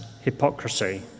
hypocrisy